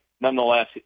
Nonetheless